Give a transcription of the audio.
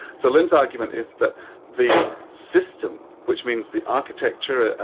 so lyn's argument is that the system, which means the architecture,